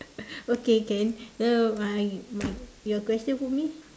okay can uh mind my your question for me